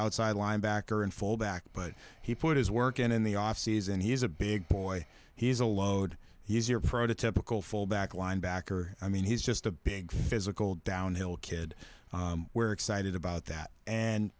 outside linebacker and full back but he put his work in in the offseason he is a big boy he's a load he's your prototypical fullback linebacker i mean he's just a big physical downhill kid we're excited about that and